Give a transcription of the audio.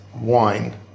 wine